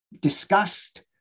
discussed